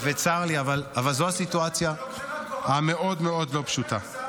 צר לי, אבל זו הסיטואציה המאוד מאוד לא פשוטה.